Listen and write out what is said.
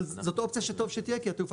אבל זאת אופציה שטוב שתהיה כי התעופה,